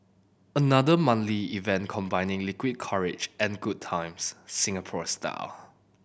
another manly event combining liquid courage and good times Singapore style